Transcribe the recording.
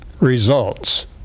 results